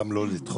וגם לא לדחות